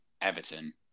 Everton